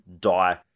die